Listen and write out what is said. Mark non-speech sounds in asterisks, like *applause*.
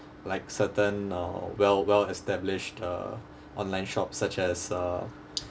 like certain uh well well established uh online shops such as uh *noise*